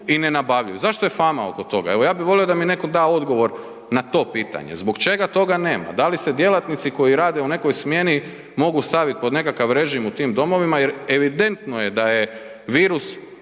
i nenabavljiv. Zašto je fama oko toga? Evo ja bi volio da mi neko da odgovor na to pitanje. Zbog čega toga nema? Da li se djelatnici koji rade u nekoj smjeni mogu stavit pod nekakav režim u tim domovima jer evidentno je da je virus